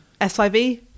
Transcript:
SIV